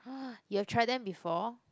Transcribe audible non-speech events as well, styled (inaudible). (breath) you have tried them before